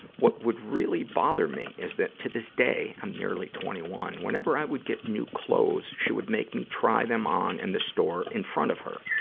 what would really bother me is that, to this day i'm nearly twenty one whenever i would get new clothes, she would make me try them on in the store in front of her,